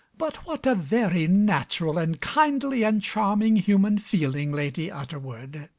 but what a very natural and kindly and charming human feeling, lady utterword!